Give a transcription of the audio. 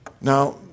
Now